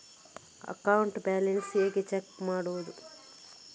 Account balance ಹೇಗೆ check ಮಾಡುವುದು?